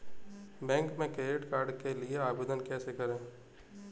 Bank में credit card के लिए आवेदन कैसे करें?